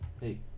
hey